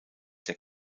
der